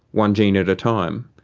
one gene at a time,